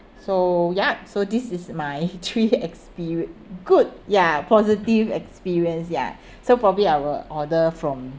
so yup so this is my three experience good ya positive experience ya so probably I will order from